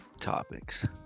topics